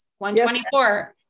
124